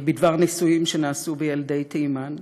בדבר ניסויים שנעשו בילדי תימן,